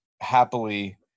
happily